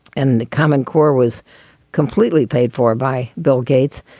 and the common core was completely paid for by bill gates.